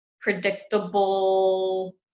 predictable